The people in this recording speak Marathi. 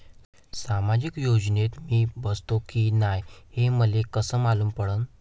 सामाजिक योजनेत मी बसतो की नाय हे मले कस मालूम पडन?